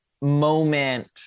moment